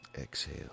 exhale